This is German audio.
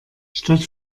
statt